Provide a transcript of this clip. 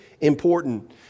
important